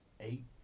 eight